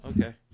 okay